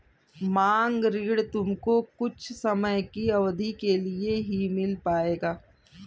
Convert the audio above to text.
मांग ऋण तुमको कुछ समय की अवधी के लिए ही मिल पाएगा